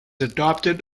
adopted